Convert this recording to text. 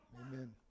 Amen